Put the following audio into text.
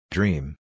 Dream